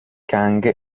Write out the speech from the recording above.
kang